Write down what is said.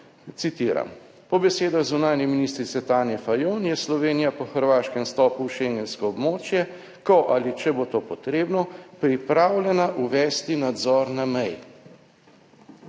citiram: »Po besedah zunanje ministrice Tanje Fajon je Slovenija po hrvaškem vstopu v schengensko območje, ko ali če bo to potrebno, pripravljena uvesti nadzor na meji.«